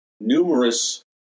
numerous